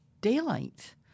daylight